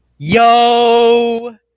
Yo